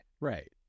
Right